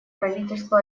правительство